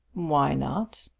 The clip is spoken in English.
why not?